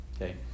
Okay